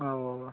اَوا اَوا اَوا